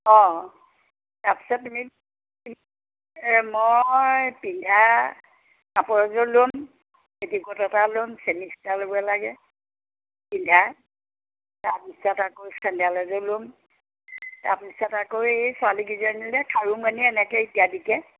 অঁ তাৰ পাছত তুমি মই পিন্ধা কাপোৰ এযোৰ ল'ম পেটিকোট এটা ল'ম চেমিজ এটা ল'ব লাগে পিন্ধা তাৰ পাছত আকৌ চেণ্ডেল এযোৰ ল'ম তাৰ পিছত আকৌ এই ছোৱালীকেইজনীলৈ খাৰু মণি এনেকৈ ইত্যাদিকৈ